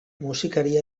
musikari